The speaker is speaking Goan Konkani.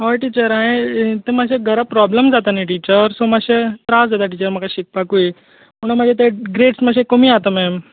हय टिचर हांयें तें मातशें घरा प्रोब्लम जाता न्ही टिचर सो मातशें त्रास जाता टिचर म्हाका शिकपाकूय म्हूण मातशें ते ग्रेड्स मातशें कमी जाता मॅम